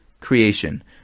creation